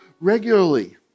regularly